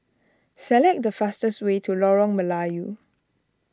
select the fastest way to Lorong Melayu